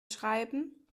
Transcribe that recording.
schreiben